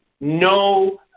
no